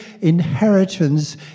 inheritance